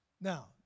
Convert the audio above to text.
Now